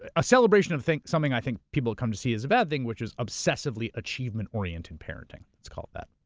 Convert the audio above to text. ah a celebration and of something i think people come to see as a bad thing which is obsessively achievement orientated parenting, it's called that.